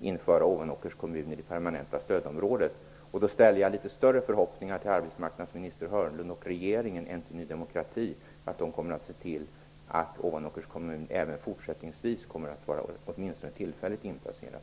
införa Ovanåkers kommun i det permanenta stödområdet. Jag ställer litet större förhoppningar till arbetsmarknadsminister Börje Hörnlund och till regeringen än till Ny demokrati om att man kommer att se till att Ovanåkers kommun även fortsättningsvis kommer att vara åtminstone tillfälligt inplacerad.